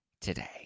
today